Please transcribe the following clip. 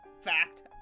Fact